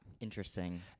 Interesting